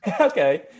Okay